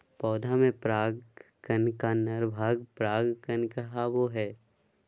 पौधा में पराग कण का नर भाग परागकण कहावो हइ